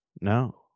No